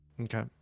Okay